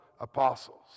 apostles